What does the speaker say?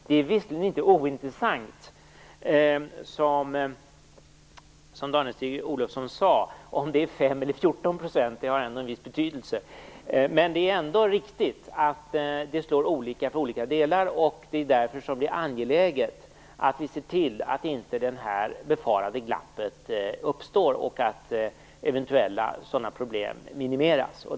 Det är visserligen inte ointressant, som Danestig-Olofsson sade, om det är 5 eller 14 %, utan det har en viss betydelse. Men det är ändå riktigt att det slår olika för olika delar. Det är därför som det är angeläget att vi ser till att det befarade glappet inte uppstår och att eventuella sådana problem minimeras.